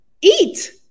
eat